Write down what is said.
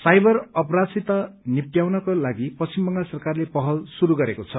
cyber अपराधसित निप्टाउनको लागि पश्चिम बंगाल सरकारले पहल श्रुरू गरेको छ